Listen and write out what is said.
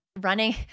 Running